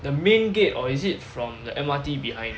the main gate or is it from the M_R_T behind